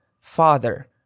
Father